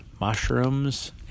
mushrooms